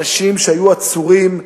אנשים שהיו עצורים,